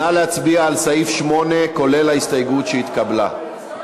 נא להצביע על סעיף 8, כולל ההסתייגות שהתקבלה.